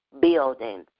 buildings